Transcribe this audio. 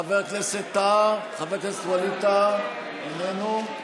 חבר הכנסת ווליד טאהא, איננו,